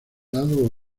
lado